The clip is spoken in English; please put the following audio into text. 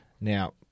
Now